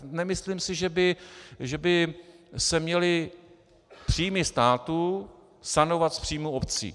Nemyslím si, že by se měly příjmy státu sanovat z příjmu obcí.